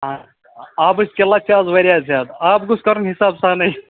آ آبٕچ قِلت چھےٚ آز واریاہ زیادٕ آب گوٚژھ کَرُن حِساب سانٕے